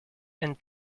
and